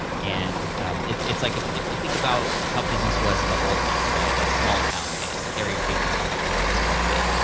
and it's it's like if if you think about how business was in the old days, right, like small-town days. gary vaynerchuk talks about this quite a bit.